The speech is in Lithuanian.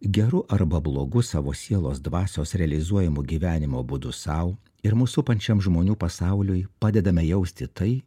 geru arba blogu savo sielos dvasios realizuojamu gyvenimo būdu sau ir mus supančiam žmonių pasauliui padedame jausti tai